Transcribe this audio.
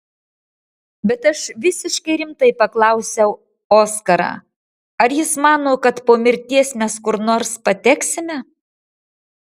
bet aš visiškai rimtai paklausiau oskarą ar jis mano kad po mirties mes kur nors pateksime